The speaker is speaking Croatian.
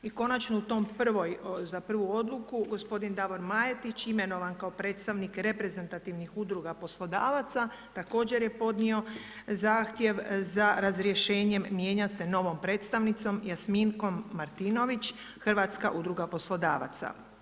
I konačno za tu prvu odluku gospodin Davor Majetić imenovan kao predstavnik reprezentativnih udruga poslodavaca također je podnio zahtjev za razrješenjem, mijenja se novom predstavnicom Jasminkom Martinović Hrvatska udruga poslodavaca.